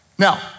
Now